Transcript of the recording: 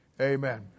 Amen